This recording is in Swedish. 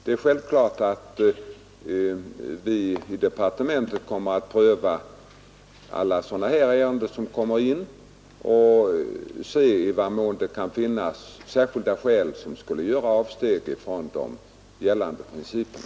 Det är självklart att vi i departementet noggrant prövar ärenden av detta slag och överväger om det kan finnas särskilda skäl att göra avsteg från gällande principer.